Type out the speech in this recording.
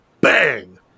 bang